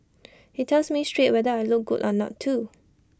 he tells me straight whether I look good or not too